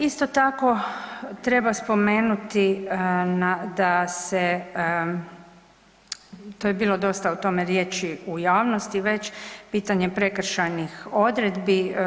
Isto tako treba spomenuti da se to je bilo dosta o tome riječi u javnosti već, pitanje prekršajnih odredbi.